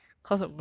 okay lah ya lah